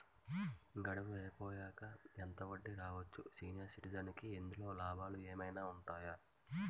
గడువు అయిపోయాక ఎంత వడ్డీ రావచ్చు? సీనియర్ సిటిజెన్ కి ఇందులో లాభాలు ఏమైనా ఉన్నాయా?